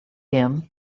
him